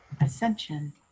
ascension